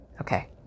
okay